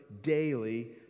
daily